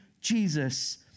Jesus